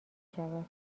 شود